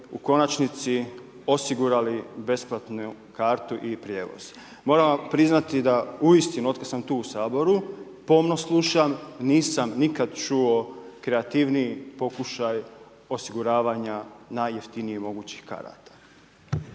u konačnici osigurali besplatnu kartu i prijevoz. Moram vam priznati da uistinu, od kad sam tu u Saboru, pomno slušam, nisam nikad čuo kreativniji pokušaj osiguravanja najjeftinije mogućih karata.